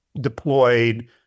deployed